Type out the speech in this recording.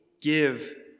give